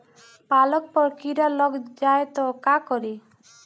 पालक पर कीड़ा लग जाए त का करी?